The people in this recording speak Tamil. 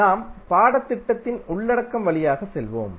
நாம் பாடத்திட்டத்தின் உள்ளடக்கம் வழியாக செல்வோம்